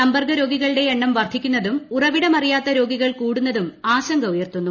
സമ്പർക്ക രോഗികളുടെ എണ്ണം വർദ്ധിക്കുന്നതും ഉറവിടമറിയാത്ത രോഗികൾ കൂടുന്നതും ആശങ്ക ഉയർത്തുന്നു